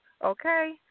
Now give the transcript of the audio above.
Okay